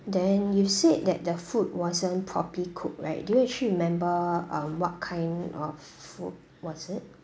then you said that the food wasn't properly cooked right do you actually remember um what kind of food was it